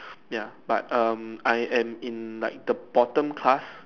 ya but um I am in like the bottom class